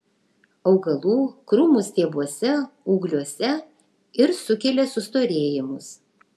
augalų krūmų stiebuose ūgliuose ir sukelia sustorėjimus